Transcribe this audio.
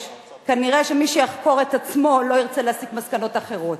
כנראה שמי שיחקור את עצמו לא ירצה להסיק מסקנות אחרות.